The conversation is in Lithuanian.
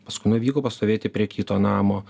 paskui nuvyko pastovėti prie kito namo